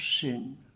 sin